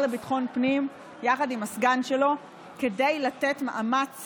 לביטחון פנים יחד עם הסגן שלו כדי לתת מאמץ